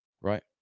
right